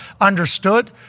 understood